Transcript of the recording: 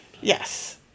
Yes